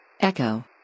echo